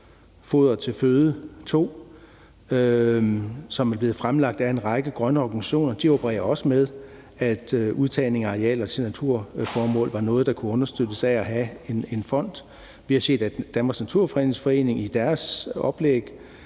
foder til føde II«, som er blevet fremlagt af en række grønne organisationer, også opererer med, at udtagningen af arealer til naturformål var noget, der kunne understøttes af at have en fond. Vi har set, at Danmarks Naturfredningsforening i deres oplæg